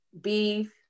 beef